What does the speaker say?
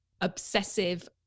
obsessive